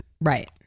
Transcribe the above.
right